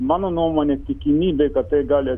mano nuomone tikimybė kad tai gali